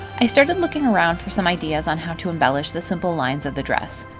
i started looking around for some ideas on how to embellish the simple lines of the dress.